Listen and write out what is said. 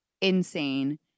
insane